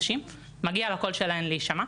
לחברות הפרסום לא להיכנע.